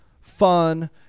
fun